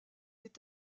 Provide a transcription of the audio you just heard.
est